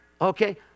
okay